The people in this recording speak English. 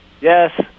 yes